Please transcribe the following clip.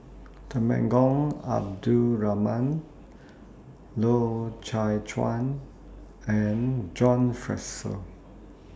Temenggong Abdul Rahman Loy Chye Chuan and John Fraser